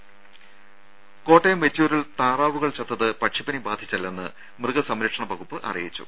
ദ്ദേ കോട്ടയം വെച്ചൂരിൽ താറാവുകൾ ചത്തത് പക്ഷിപ്പനി ബാധിച്ചല്ലെന്ന് മൃഗസംരക്ഷണ വകുപ്പ് അറിയിച്ചു